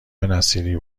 نصیری